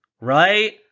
right